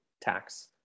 tax